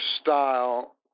style